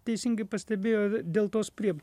teisingai pastebėjo dėl tos prieb